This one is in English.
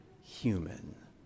human